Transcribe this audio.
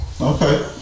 Okay